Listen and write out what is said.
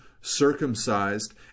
circumcised